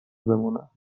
بمونم